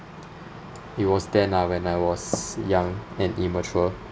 it was then ah when I was young and immature